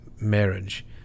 marriage